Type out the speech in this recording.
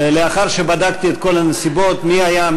לאחר שבדקתי את כל הנסיבות מי היה,